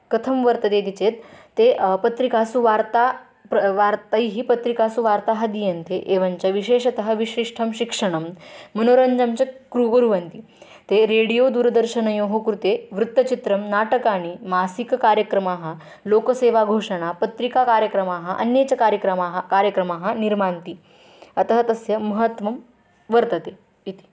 कथं वर्तते इति चेत् ते पत्रिकासु वार्ता प्र वार्तैः पत्रिकासु वार्ताः दीयन्ते एवञ्च विशेषतः विशिष्टं शिक्षणं मनोरञ्जं च क्रु कुर्वन्ति ते रेडियो दूरदर्शनयोः कृते वृत्तचित्रं नाटकानि मासिककार्यक्रमाः लोकसेवाघोषणा पत्रिकाकार्यक्रमाः अन्ये च कार्यक्रमाः कार्यक्रमाः निर्मान्ति अतः तस्य महत्वं वर्तते इति